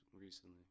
recently